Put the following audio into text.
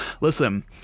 Listen